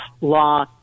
law